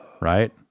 Right